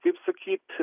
kaip sakyt